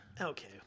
Okay